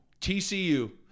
TCU